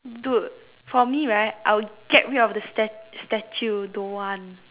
dude for me right I'll get rid of the stat~ statue don't want